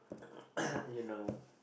you know